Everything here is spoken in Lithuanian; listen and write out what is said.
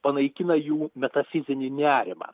panaikina jų metafizinį nerimą